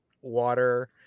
water